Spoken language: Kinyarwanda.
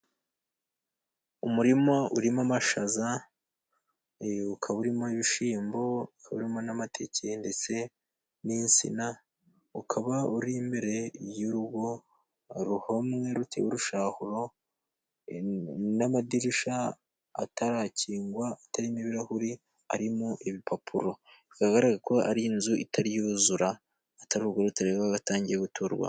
Umurima urimo amashaza, ukaba urimo ibishyimbo, ukaba urimo n'amateke ndetse n'insina, ukaba uri imbere y'urugo ruhomwe ruteye urushahuro, n'amadirishya atarakingwa atarimo ibirahuri arimo ibipapuro. Bigaragare ko ari inzu itari yuzura ari urugo rutari rwagatangiye guturwamo.